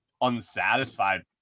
unsatisfied